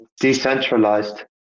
decentralized